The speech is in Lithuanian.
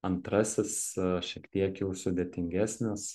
antrasis šiek tiek jau sudėtingesnis